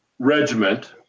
regiment